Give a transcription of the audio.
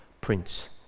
Prince